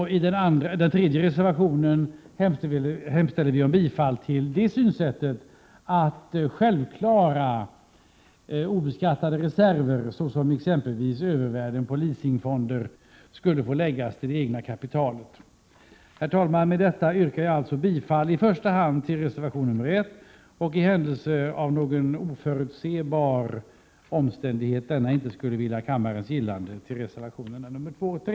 I reservation 3 hemställer vi om bifall till det synsättet att självklara, obeskattade reserver — t.ex. övervärden på leasingfonder — skulle få läggas till det egna kapitalet. Herr talman! Med detta yrkar jag alltså bifall i första hand till reservation 1, och i händelse av att denna på grund av någon oförutsebar omständighet inte skulle vinna kammarens gillande, till reservationerna 2 och 3.